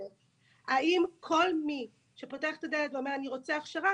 האם כל מי שפותח את הדלת ואומר אני רוצה הכשרה,